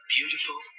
Beautiful